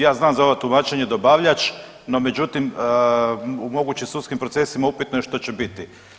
Ja znam za ovo tumačenje dobavljač, no međutim u mogućim sudskim procesima upitno je što će biti.